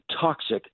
toxic